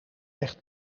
echt